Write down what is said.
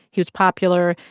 he was popular.